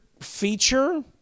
feature